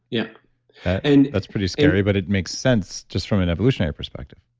yeah and that's pretty scary, but it makes sense just from an evolutionary perspective